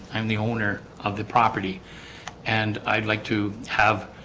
i'm the owner of the property and i'd like to have